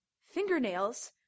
Fingernails